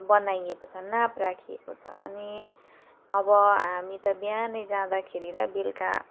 बनाइएको छ नाप राखिएको छ अनि अब हामी त बिहानै जाँदाखेरि र बेलुका